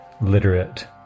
literate